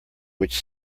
which